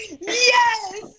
Yes